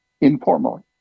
informally